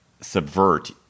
subvert